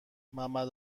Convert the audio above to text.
ممد